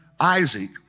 Isaac